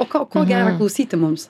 o ko ko gera klausyti mums